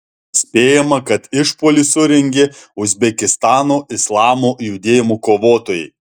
spėjama kad išpuolį surengė uzbekistano islamo judėjimo kovotojai